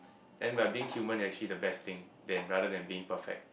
then by being human actually the best thing than rather than being perfect